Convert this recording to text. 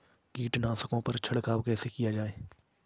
कीटनाशकों पर छिड़काव कैसे किया जाए?